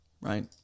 right